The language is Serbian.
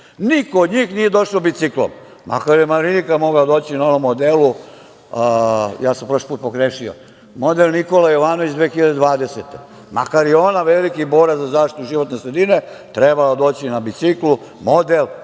Niko od njih nije došao biciklom, makar je Marinika mogla doći u novom modelu. Ja sam prošli put pogrešio, model Nikole Jovanović 2020. godine, makar i ona veliki borac za zaštitu životne sredine, trebala je doći na biciklu, model Nikole Jovanović 2020.